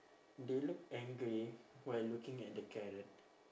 they look angry while looking at the carrot